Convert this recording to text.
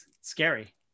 Scary